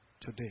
today